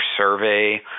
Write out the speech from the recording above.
survey